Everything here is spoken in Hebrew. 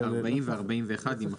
40 ו-41 ימחקו.